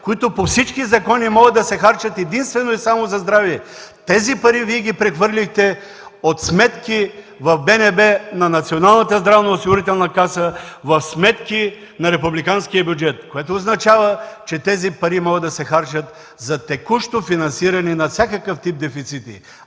които по всички закони могат да се харчат единствено и само за здраве! Тези пари Вие ги прехвърлихте от сметки в БНБ на Националната здравноосигурителна каса в сметки на републиканския бюджет, което означава, че тези пари могат да се харчат за текущо финансиране на всякакъв тип дефицити,